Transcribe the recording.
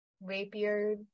rapier